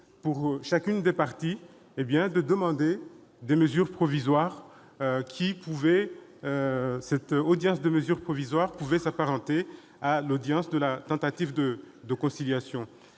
pour chacune des parties, de demander des mesures provisoires. Cette audience pouvait s'apparenter à l'audience de tentative de conciliation.